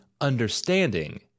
understanding